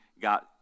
got